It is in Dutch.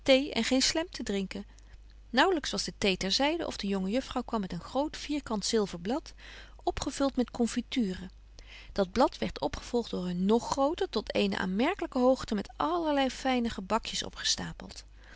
en geen slemp te drinken naauwlyks was de thee ter zyden of de jonge juffrouw kwam met een groot vierkant zilver blad opgevult met confituren dat blad werdt opgevolgt door een nog groter tot eene aanmerkelyke hoogte met allerlei fyne gebakjes opgestapelt